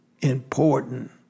Important